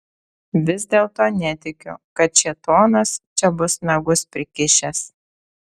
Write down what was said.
vis dėlto netikiu kad šėtonas čia bus nagus prikišęs